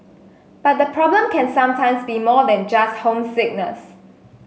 but the problem can sometimes be more than just homesickness